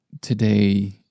today